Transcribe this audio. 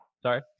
Sorry